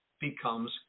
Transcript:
becomes